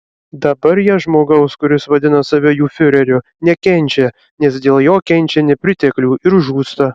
dabar jie žmogaus kuris vadina save jų fiureriu nekenčia nes dėl jo kenčia nepriteklių ir žūsta